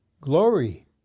glory